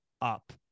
up